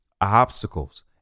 obstacles